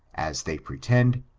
as they pretend,